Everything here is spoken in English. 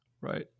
right